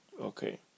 Okay